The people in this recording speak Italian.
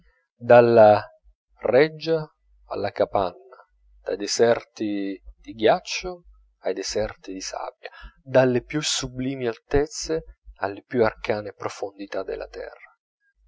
dalla reggia alla capanna dai deserti di ghiaccio ai deserti di sabbia dalle più sublimi altezze alle più arcane profondità della terra